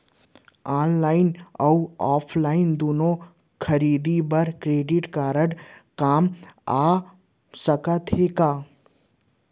Online अऊ offline दूनो खरीदी बर क्रेडिट कारड काम आप सकत हे का?